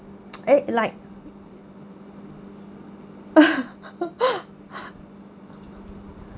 eh like